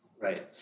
Right